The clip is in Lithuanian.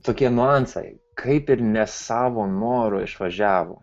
tokie niuansai kaip ir ne savo noru išvažiavo